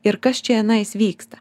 ir kas čia anais vyksta